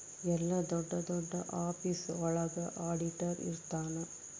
ಎಲ್ಲ ದೊಡ್ಡ ದೊಡ್ಡ ಆಫೀಸ್ ಒಳಗ ಆಡಿಟರ್ ಇರ್ತನ